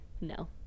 no